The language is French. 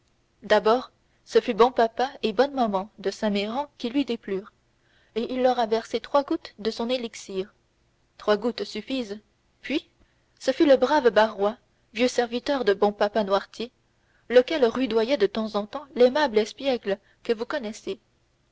d'abord ce fut bon papa et bonne maman de saint méran qui lui déplurent et il leur a versé trois gouttes de son élixir trois gouttes suffisent puis ce fut le brave barrois vieux serviteur de bon papa noirtier lequel rudoyait de temps en temps l'aimable espiègle que vous connaissez